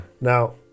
Now